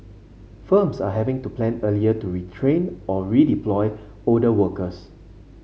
firms are having to plan earlier to retrain or redeploy older workers